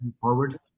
forward